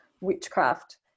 witchcraft